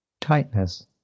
tightness